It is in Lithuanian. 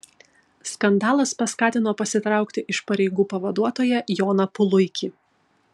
skandalas paskatino pasitraukti iš pareigų pavaduotoją joną puluikį